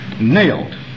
nailed